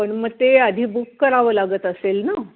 पण मग ते आधी बुक करावं लागत असेल ना